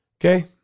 Okay